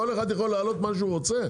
כל אחד יכול להעלות מה שהוא רוצה?